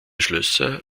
schlösser